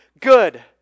good